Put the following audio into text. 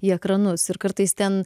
į ekranus ir kartais ten